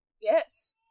Yes